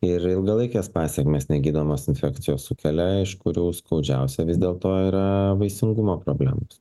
ir ilgalaikes pasekmes negydomos infekcijos sukelia iš kurių skaudžiausia vis dėlto yra vaisingumo problemos